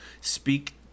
Speak